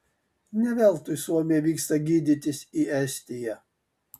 ne veltui suomiai vyksta gydytis į estiją